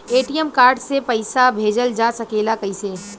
ATM card से पइसा भेजल जा सकेला कइसे?